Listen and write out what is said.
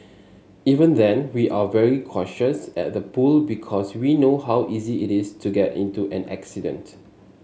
even then we're very cautious at the pool because we know how easy it is to get into an accident